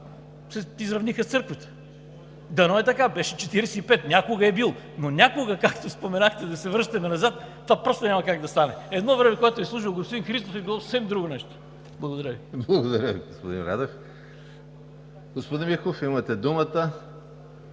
се изравниха с Църквата. Дано е така – беше 45%. Някога е бил, но някога, както споменахте – да се връщаме назад, това просто няма как да стане. Едно време, когато е служил господин Христов, е било съвсем друго нещо. Благодаря Ви. ПРЕДСЕДАТЕЛ ЕМИЛ ХРИСТОВ: Благодаря Ви, господин Радев. Господин Михов, имате думата